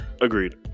Agreed